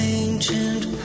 ancient